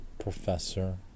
professor